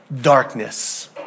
darkness